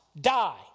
die